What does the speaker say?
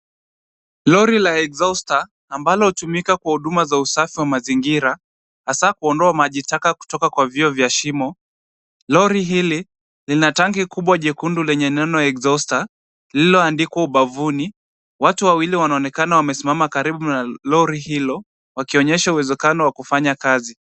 Lori ya Exhauster ambalo hutumika kwa huduma za usafi wa mazingira hasa kuondoa maji taka kutoka kwa vyoo vya shimo. Lori hili lina tanki kubwa jekundu lenye neno Exhauster lililoandikwa ubavuni. Watu wawili wanaonekana wamesimama karibu na lori hilo wakionyesha uwezekano wa kufanya kazi.